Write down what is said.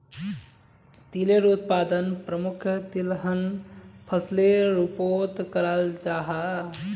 तिलेर उत्पादन प्रमुख तिलहन फसलेर रूपोत कराल जाहा